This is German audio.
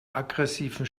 aggressiven